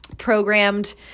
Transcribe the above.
programmed